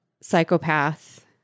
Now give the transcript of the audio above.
psychopath